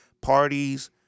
parties